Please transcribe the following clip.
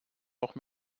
noch